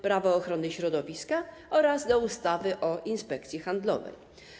Prawo ochrony środowiska oraz do ustawy o Inspekcji Handlowej.